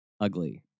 ugly